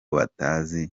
batazi